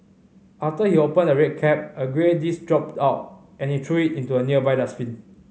after he opened the red cap a grey disc dropped out and he threw it into a nearby dustbin